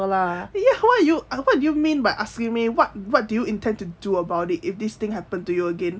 ya what do you mean by asking me what what do you intend to do about it if this thing happen to you again